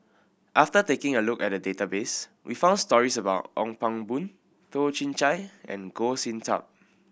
after taking a look at the database we found stories about Ong Pang Boon Toh Chin Chye and Goh Sin Tub